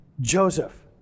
Joseph